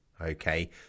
okay